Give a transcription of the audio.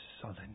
sullen